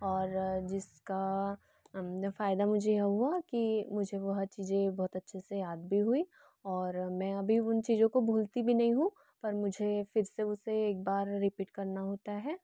और जिस का फ़ायदा मुझे यह हुआ कि मुझे वह चीज़ें बहुत अच्छे से याद भी हुई और मैं अभी उन चीज़ों को भूलती भी नहीं हूँ पर मुझे फिर से उसे एक बार रीपीट करना होता है